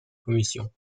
commission